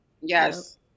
Yes